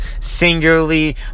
Singularly